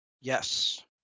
Yes